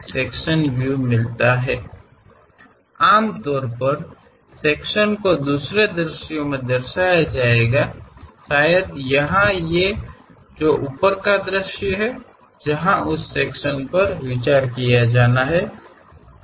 ಸಾಮಾನ್ಯವಾಗಿ ವಿಭಾಗವನ್ನು ಮತ್ತೊಂದು ವೀಕ್ಷಣೆಯಲ್ಲಿ ಪ್ರತಿನಿಧಿಸಲಾಗುತ್ತದೆ ಬಹುಶಃ ಇಲ್ಲಿ ಮೇಲಿನ ವೀಕ್ಷಣೆಯಲ್ಲಿ ಆ ವಿಭಾಗದ ಮಧ್ಯದ ಪದರಗಳಲ್ಲಿ ಹಾದುಹೋಗುವ ಆ ವಸ್ತುವಿನ ಮೇಲೆ ವಿಭಾಗವನ್ನು ಪರಿಗಣಿಸಬೇಕಾಗುತ್ತದೆ